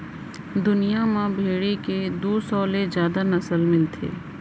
दुनिया म भेड़ी के दू सौ ले जादा नसल मिलथे